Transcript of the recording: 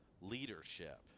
leadership